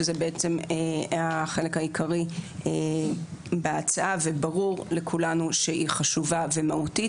שזה בעצם החלק העיקרי בהצעה וברור לכולנו שהיא חשובה ומהותית.